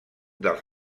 dels